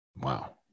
wow